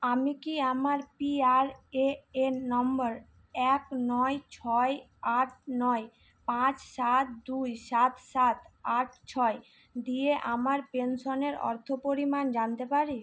আমি কি আমার পিআরএএন নাম্বার এক নয় ছয় আট নয় পাঁচ সাত দুই সাত সাত আট ছয় দিয়ে আমার পেনশনের অর্থ পরিমাণ জানতে পারি